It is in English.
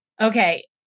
Okay